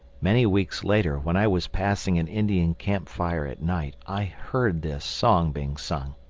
many weeks later when i was passing an indian camp-fire at night i heard this song being sung.